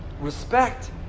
respect